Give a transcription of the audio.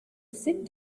sit